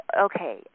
okay